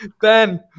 Ben